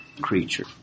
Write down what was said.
creature